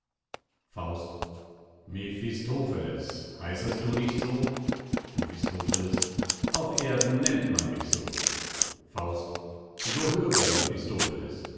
faust mephistopheles heißest du nicht so mephistopheles auf erden nennt man mich so faust so höre mephistopheles